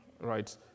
right